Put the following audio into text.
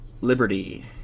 Liberty